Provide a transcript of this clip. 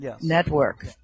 network